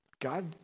God